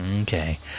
Okay